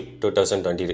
2020